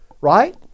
Right